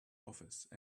office